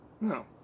No